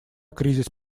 кризис